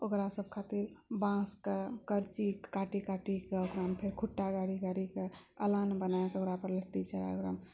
ओकरा सब खातिर बाँसके कर्ची काटि काटिके ओकरामे फेर खुट्टा गाड़ि गाड़िके अलान बनाकऽ ओकरा पर लत्ती चढ़ाकऽ